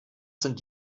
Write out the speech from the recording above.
sind